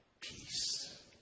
peace